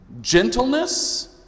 gentleness